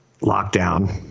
lockdown